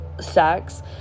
Sex